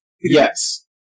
yes